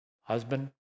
husband